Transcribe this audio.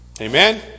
Amen